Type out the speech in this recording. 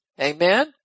Amen